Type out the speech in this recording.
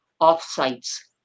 off-sites